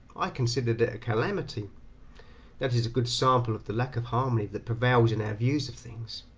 i considered it a calamity that is a good sample of the lack of harmony that prevails in our views of things.